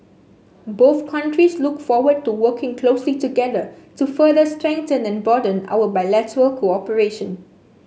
both countries look forward to working closely together to further strengthen and broaden our bilateral cooperation